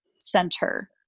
center